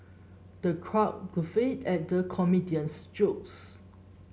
the crowd guffawed at the comedian's jokes